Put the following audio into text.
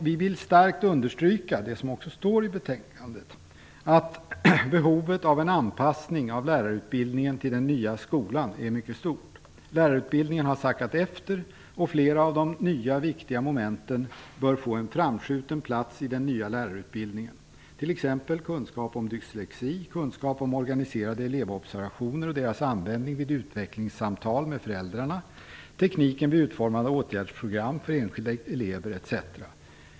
Vi vill starkt understryka, som också står i betänkandet, att behovet av en anpassning av lärarutbildningen till den nya skolan är mycket stort. Lärarutbildningen har sackat efter. Flera av de nya viktiga momenten bör få en framskjuten plats i den nya lärarutbildningen, t.ex. kunskap om dyslexi, kunskap om organiserade elevobservationer och deras användning vid utvecklingssamtal med föräldrarna, teknik vid utformande av åtgärdsprogram för enskilda elever etc.